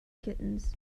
kittens